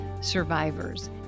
survivors